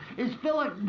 is filling.